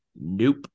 nope